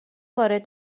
وارد